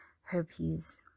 herpes